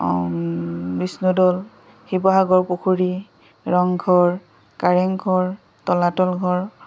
বিষ্ণুদৌল শিৱসাগৰ পুখুৰী ৰংঘৰ কাৰেংঘৰ তলাতল ঘৰ